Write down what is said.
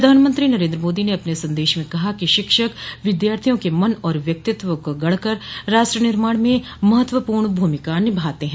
प्रधानमंत्री नरेन्द्र मोदी ने अपने संदेश में कहा कि शिक्षक विद्यार्थियों के मन और व्यक्तित्व को गढ़कर राष्ट्र निर्माण में महत्व पूर्ण भूमिका निभाते हैं